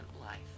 life